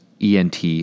ENT